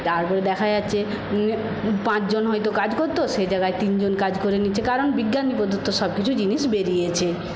তারপর দেখা যাচ্ছে পাঁচ জন হয়ত কাজ করত সেই জায়গায় তিন জন কাজ করে নিচ্ছে কারণ বিজ্ঞান প্রযুক্ত সবকিছু জিনিস বেরিয়েছে